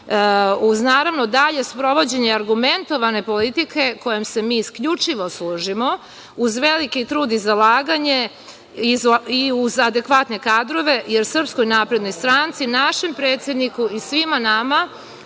Naravno uz dalje sprovođenje argumentovane politike kojom se mi isključivo služimo, uz veliki trud i zalaganje i uz adekvatne kadrove, jer SNS, našem predsedniku i svima nama